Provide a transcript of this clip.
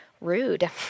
rude